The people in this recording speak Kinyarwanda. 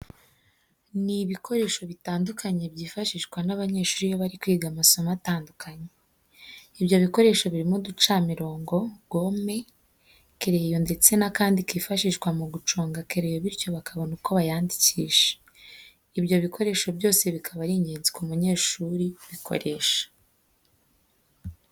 Ni ibikoresho bitandukanye byifashishwa n'abanyeshuri iyo bari kwiga amasomo atandukanye. Ibyo bikoresho birimo uducamirongo, gome, kereyo ndetse n'akandi kifashishwa mu guconga kereyo bityo bakabona uko bayandikisha. Ibyo bikoresho byose bikaba ari ingenzi ku munyeshuri ubikoresha.